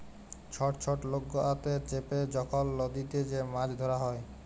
ছট ছট লকাতে চেপে যখল লদীতে যে মাছ ধ্যরা হ্যয়